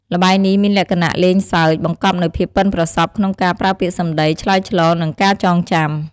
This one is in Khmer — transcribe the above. ល្បែងនេះមានលក្ខណៈលេងសើច បង្កប់នូវភាពប៉ិនប្រសប់ក្នុងការប្រើពាក្យសំដីឆ្លើយឆ្លង និងការចងចាំ។